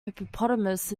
hippopotamus